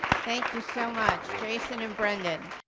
thank you so much jason and brendan.